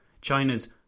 China's